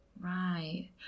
Right